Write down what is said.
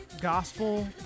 gospel